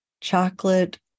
chocolate